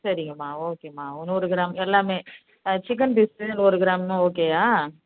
சரிங்கம்மா ஓகே ஒரு நூறு கிராம் எல்லாமே சிக்கன் ஃபீஸ் நூறு கிராம்னா ஓகேயா